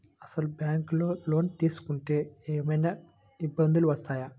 అసలు ఈ బ్యాంక్లో లోన్ తీసుకుంటే ఏమయినా ఇబ్బందులు వస్తాయా?